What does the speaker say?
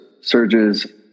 surges